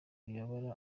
wibabara